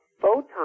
photon